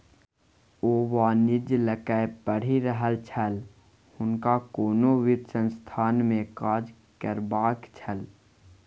ओ वाणिज्य लकए पढ़ि रहल छल हुनका कोनो वित्त संस्थानमे काज करबाक छल